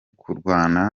kurwana